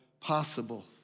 possible